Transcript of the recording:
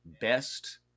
best